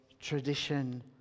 tradition